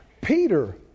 Peter